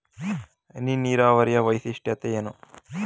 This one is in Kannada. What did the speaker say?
ಹನಿ ನೀರಾವರಿಯ ವೈಶಿಷ್ಟ್ಯತೆ ಏನು?